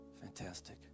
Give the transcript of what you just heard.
Fantastic